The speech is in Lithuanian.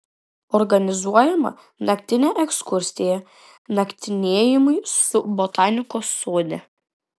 organizuojama naktinė ekskursija naktinėjimai su botanikos sode